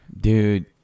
dude